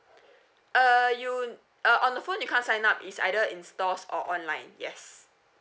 uh you uh on the phone you can't sign up is either in stores or online yes